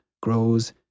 grows